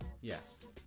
Yes